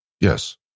Yes